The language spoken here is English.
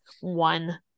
one